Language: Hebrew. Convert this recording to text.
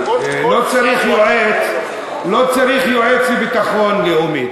כי לא צריך יועץ לביטחון לאומי.